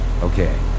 Okay